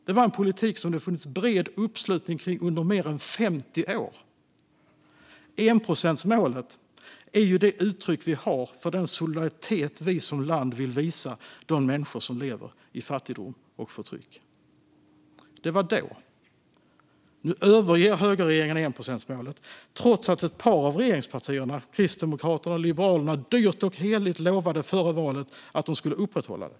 Det var en politik som det funnits bred uppslutning kring under mer än 50 år. Enprocentsmålet är ett uttryck för den solidaritet som vi som land vill visa de människor som lever i fattigdom och förtryck. Men det var då. Nu överger högerregeringen enprocentsmålet, trots att ett par av regeringspartierna, Kristdemokraterna och Liberalerna, lovade dyrt och heligt före valet att de skulle upprätthålla det.